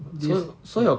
just ya